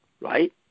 Right